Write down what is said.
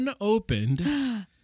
unopened